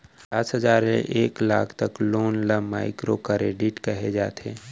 पचास हजार ले एक लाख तक लोन ल माइक्रो करेडिट कहे जाथे